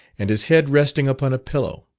and his head resting upon a pillow.